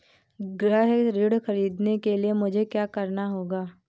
गृह ऋण ख़रीदने के लिए मुझे क्या करना होगा?